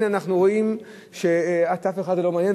הנה אנחנו רואים שאת אף אחד זה לא מעניין,